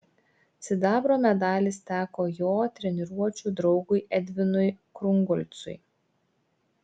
sidabro medalis teko jo treniruočių draugui edvinui krungolcui